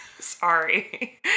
Sorry